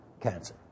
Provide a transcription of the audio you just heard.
cancer